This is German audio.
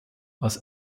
als